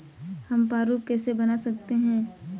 हम प्रारूप कैसे बना सकते हैं?